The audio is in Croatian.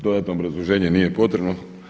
Dodatno obrazloženje nije potrebno.